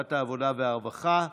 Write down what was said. לוועדת העבודה והרווחה נתקבלה.